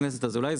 חבר הכנסת אזולאי,